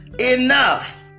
enough